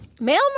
Mail